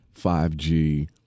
5G